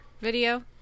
video